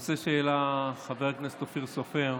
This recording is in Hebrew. הנושא שהעלה חבר הכנסת אופיר סופר,